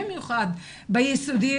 במיוחד ביסודי.